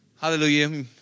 Hallelujah